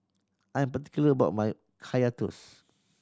I'm particular about my Kaya Toast